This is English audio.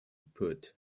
putt